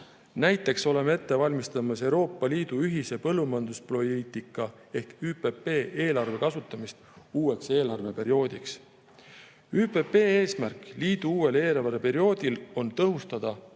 Näiteks oleme ette valmistamas Euroopa Liidu ühise põllumajanduspoliitika ÜPP eelarve kasutamist uueks eelarveperioodiks. ÜPP eesmärk liidu uuel eelarveperioodil on tõhustada